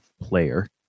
player